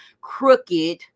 crooked